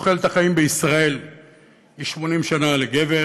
תוחלת החיים בישראל היא 80 שנה לגבר